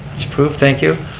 that's approved, thank you.